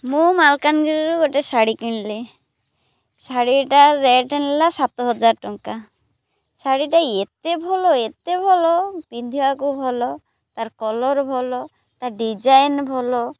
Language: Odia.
ମୁଁ ମାଲକାନଗିରିରୁ ଗୋଟେ ଶାଢ଼ୀ କିଣିଲି ଶାଢ଼ୀଟା ରେଟ୍ ନେଲା ସାତ ହଜାର ଟଙ୍କା ଶାଢ଼ୀଟା ଏତେ ଭଲ ଏତେ ଭଲ ପିନ୍ଧିବାକୁ ଭଲ ତାର୍ କଲର୍ ଭଲ ତାର୍ ଡିଜାଇନ୍ ଭଲ